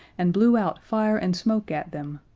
and blew out fire and smoke at them,